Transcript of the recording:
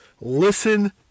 listen